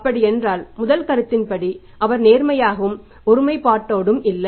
அப்படி என்றால் முதல் கருத்தின் படி அவர் நேர்மையாகவும் ஒருமைப்பாட்டோடும் இல்லை